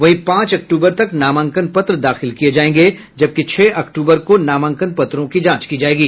वहीं पांच अक्टूबर तक नामांकन पत्र दाखिल किए जाएंगे जबकि छह अक्टूबर को नामांकन पत्रों की जांच की जाएगी